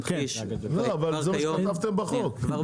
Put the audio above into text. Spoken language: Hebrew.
לא, אבל זה מה שכתבתם בחוק.